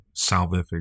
salvific